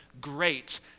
great